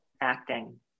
acting